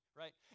right